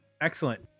Excellent